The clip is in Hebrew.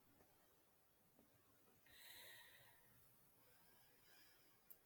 מועמדות מועמדות ובחירה ועדת הפרס יושבת בסטוקהולם שבשוודיה,